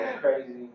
crazy